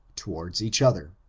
towards each other.